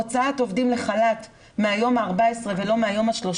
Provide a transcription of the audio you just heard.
הוצאת עובדים לחל"ת מהיום ה-14 ולא מהיום ה-30